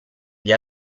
gli